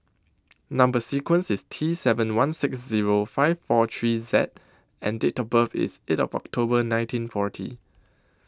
Number sequence IS T seven one six Zero five four three Z and Date of birth IS eight of October nineteen forty